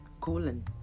colon